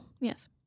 Yes